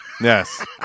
Yes